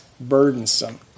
burdensome